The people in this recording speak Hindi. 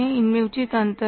इनमें उचित अंतर है